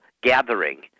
gathering